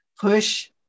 push